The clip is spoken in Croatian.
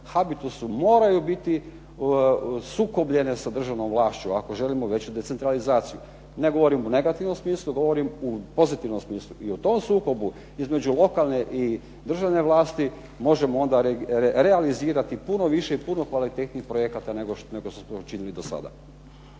habitusu moraju biti sukobljene sa državnom vlašću, ako želimo veću decentralizaciju. Ne govorim u negativnom smislu, govorim u pozitivnom smislu. I u tom sukobu između lokalne i državne vlasti možemo onda realizirati puno više i puno kvalitetnijih podataka nego što smo to činili do sada.